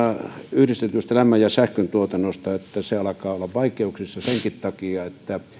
yhdistetystä lämmön ja sähköntuotannosta että se alkaa olla vaikeuksissa senkin takia että